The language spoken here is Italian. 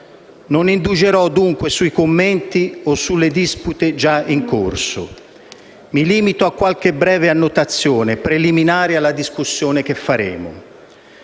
Non indugerò dunque sui commenti o sulle dispute già in corso. Mi limito a qualche breve annotazione, preliminare alla discussione che faremo.